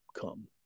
come